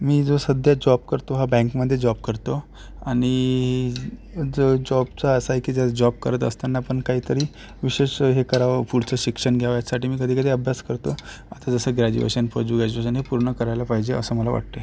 मी जो सध्या जॉब करतो हा बँकमधे जॉब करतो आणि ज जॉबचं असं आहे की जर जॉब करत असताना पण काही तरी विशेष हे करावं पुढचं शिक्षण घ्यावं याचसाठी मी कधी कधी अभ्यास करतो आता जसं ग्रॅज्युएशन पोस्ट ग्रॅज्युएशन हे पूर्ण करायला पाहिजे असं मला वाटते